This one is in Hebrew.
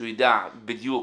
שהוא יידע בדיוק